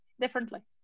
differently